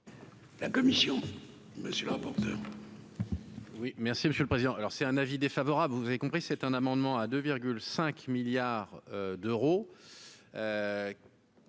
La commission, monsieur le rapporteur.